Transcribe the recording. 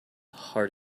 hard